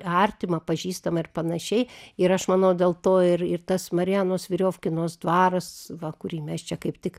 artima pažįstama ir panašiai ir aš manau dėl to ir ir tas marianos viriofkinos dvaras va kurį mes čia kaip tik